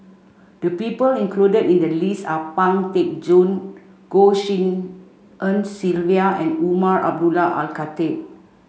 the people included in the list are Pang Teck Joon Goh Tshin En Sylvia and Umar Abdullah Al Khatib